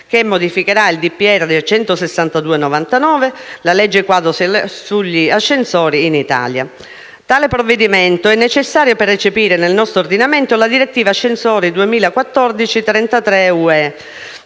Repubblica n. 162 del 1999, la legge quadro sugli ascensori in Italia. Tale provvedimento è necessario per recepire nel nostro ordinamento la direttiva ascensori 2014/33/UE